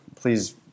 please